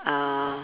uh